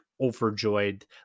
overjoyed